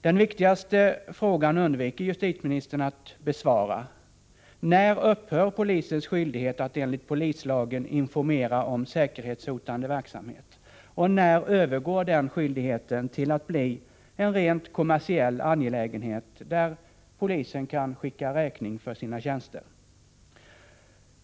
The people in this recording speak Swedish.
Den viktigaste frågan undviker justitieministern att besvara: När upphör polisens skyldighet att enligt polislagen informera om säkerhetshotande verksamhet? Och när övergår den skyldigheten till att bli en rent kommersiell angelägenhet, där polisen kan skicka räkning för sina tjänster?